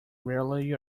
rarely